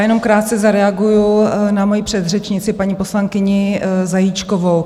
Jenom krátce zareaguji na svoji předřečnici, paní poslankyni Zajíčkovou.